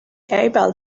able